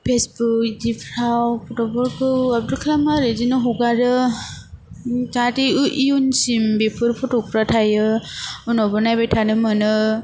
फेसबु इदिफ्राव फट'फोरखौ आपलड खालामो आरो इदिनो हगारो जाहाथे इयु इयुनसिम बेफोर फट'फ्रा थायो उनावबो नायबाय थानो मोनो